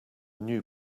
new